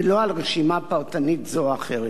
ולא על רשימה פרטנית זו או אחרת.